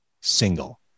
single